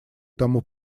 тому